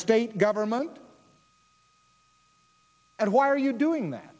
state government and why are you doing that